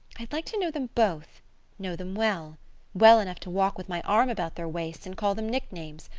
i'd like to know them both know them well well enough to walk with my arm about their waists, and call them nicknames.